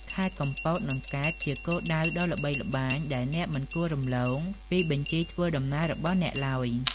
ខេត្តកំពត និង កែប ជាគោលដៅដ៏ល្បីល្បាញដែលអ្នកមិនគួររំលងពីបញ្ជីធ្វើដំណើររបស់អ្នកទ្បើយ។